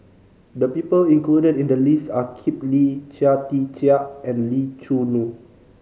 the people included in the list are Kip Lee Chia Tee Chiak and Lee Choo Neo